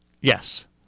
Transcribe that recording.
Yes